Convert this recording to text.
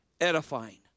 edifying